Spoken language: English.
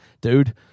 dude